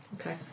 Okay